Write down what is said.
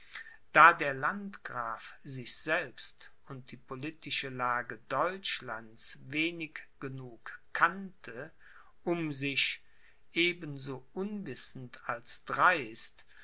da der landgraf sich selbst und die politische lage deutschlands wenig genug kannte um sich ebenso unwissend als dreist